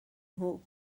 nhw